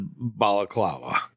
balaclava